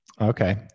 Okay